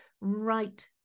right